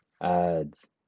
ads